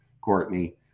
Courtney